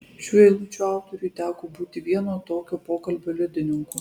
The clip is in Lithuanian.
šių eilučių autoriui teko būti vieno tokio pokalbio liudininku